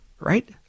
Right